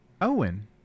Owen